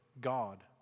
God